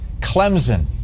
Clemson